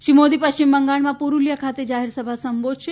શ્રી મોદી પશ્ચિમ બંગાળમાં પુરૂલિયા ખાતે જાહેર સભા સંબોધશે